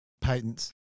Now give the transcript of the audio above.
Patents